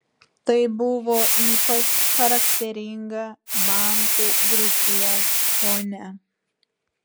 tai buvo ypač charakteringa bankų griūties fone